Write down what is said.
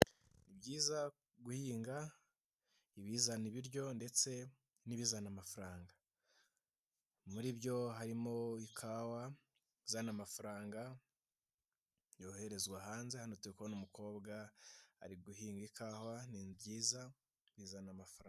Byiza guhinga ibizana ibiryo ndetse n'ibizana amafaranga. Muri byo harimo ikawa izana amafaranga yoherezwa hanze, hano turahabona umukobwa ari guhinga ikawa, ni byiza, bizana amafaranga.